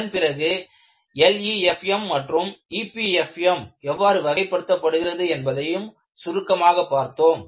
அதன்பிறகு LEFM மற்றும் EPFM எவ்வாறு வகைப்படுத்தப்படுகிறது என்பதையும் சுருக்கமாக பார்த்தோம்